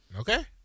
Okay